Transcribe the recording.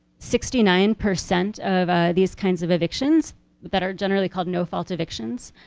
sixty nine percent of these kinds of evictions that are generally called no-fault evictions.